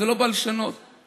זה לא בא לשנות את זה.